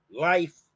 life